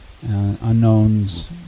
unknowns